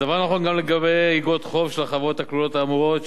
הדבר נכון גם לגבי איגרות חוב של החברות הכלולות האמורות,